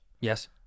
Yes